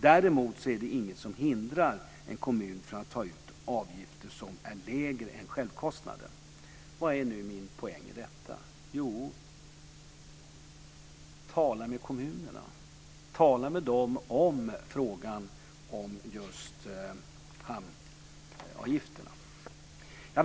Däremot är det inget som hindrar en kommun från att ta ut avgifter som är lägre än självkostnaden. Vad är då min poäng i detta? Jo, tala med kommunerna! Tala med dem om frågan om hamnavgifterna.